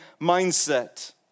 mindset